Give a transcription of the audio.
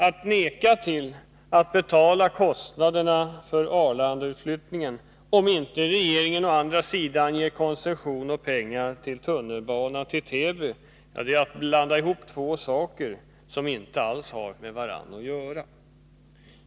Att vägra betala kostnaderna för Arlandautflyttningen om inte regeringen ger koncession och pengar till tunnelbana till Täby — ja, det är att blanda ihop två saker som inte alls har med varandra att göra.